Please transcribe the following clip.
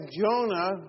Jonah